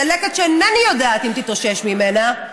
צלקת שאינני יודעת אם תתאושש ממנה,